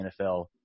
NFL